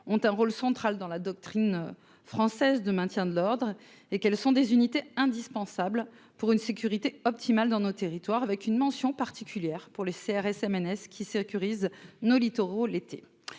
ont un rôle central dans la doctrine française de maintien de l'ordre. Elles sont des unités indispensables pour une sécurité optimale dans nos territoires, avec une mention particulière pour les CRS-MNS (maîtres-nageurs sauveteurs),